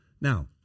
Now